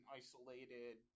isolated